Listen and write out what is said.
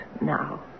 now